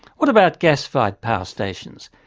what about gas-fired power stations?